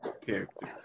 character